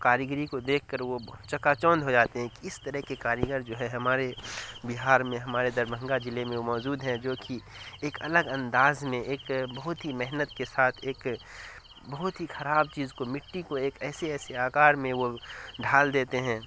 کاریگری کو دیکھ کر وہ چکا چوندھ ہو جاتے ہیں کہ اس طرح کے کاریگر جو ہے ہمارے بہار میں ہمارے دربھنگہ ضلع میں وہ موجود ہیں جو کہ ایک الگ انداز میں ایک بہت ہی محنت کے ساتھ ایک بہت ہی خراب چیز کو مٹی کو ایک ایسے ایسے آکار میں وہ ڈھال دیتے ہیں